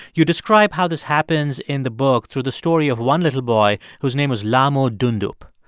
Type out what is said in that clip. you describe how this happens in the book through the story of one little boy whose name was lhamo thondup.